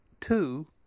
two